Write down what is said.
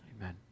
amen